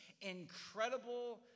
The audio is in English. incredible